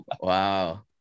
wow